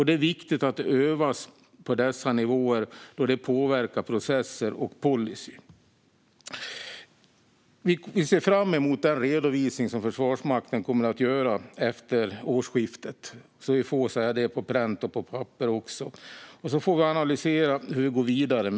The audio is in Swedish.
Det är viktigt att det övas på dessa nivåer, då det påverkar processer och policy. Vi ser fram emot den redovisning som Försvarsmakten kommer att göra efter årsskiftet så att vi även får det på pränt. Därefter får vi analysera hur vi går vidare.